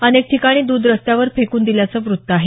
अनेक ठिकाणी द्ध रस्त्यावर फेकून दिल्याचं वृत्त आहे